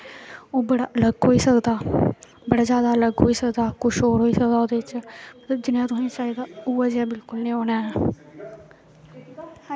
ओह् बड़ा अलग होई सकदा बड़ा ज्यादा अलग होई सकदा कुछ होर होई सकदा ओहदे च जियां तुसें चाहिदा उऐ जेहा बिल्कुल नेईं होना ऐ